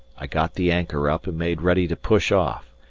i got the anchor up and made ready to push off,